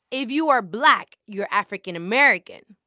if you are black, you're african-american.